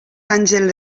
àngel